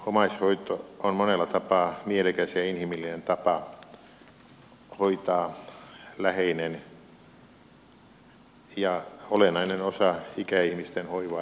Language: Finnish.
omaishoito on monella tapaa mielekäs ja inhimillinen tapa hoitaa läheistä ja olennainen osa ikäihmisten hoivaa ja hoitoa